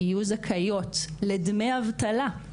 יהיו זכאיות לדמי אבטלה,